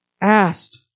asked